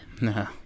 no